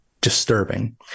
disturbing